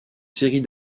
série